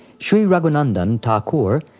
shri raghunandan thakur,